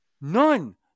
None